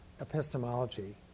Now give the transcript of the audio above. epistemology